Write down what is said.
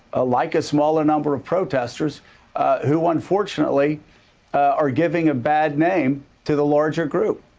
ah like a smaller number of protesters who unfortunately are giving a bad name to the larger group.